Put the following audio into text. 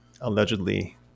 allegedly